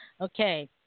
Okay